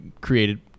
created